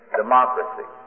democracy